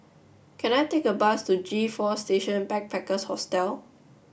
can I take a bus to G four Station Backpackers Hostel